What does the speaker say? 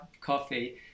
coffee